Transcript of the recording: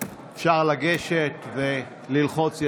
אפשר לגשת וללחוץ ידיים.